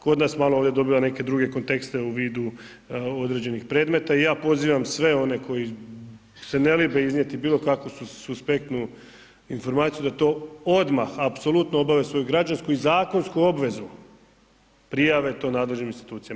Kod nas malo ovde dobiva neke druge kontekste u vidu određenih predmeta i ja pozivam sve one koji se ne libe iznijeti bilo kakvu suspektnu informaciju da to odmah apsolutno obave svoju građansku i zakonsku obvezu, prijave to nadležnim institucijama.